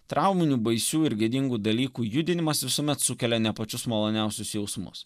trauminių baisių ir gėdingų dalykų judinimas visuomet sukelia ne pačius maloniausius jausmus